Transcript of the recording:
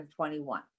2021